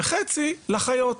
וחצי לחיות.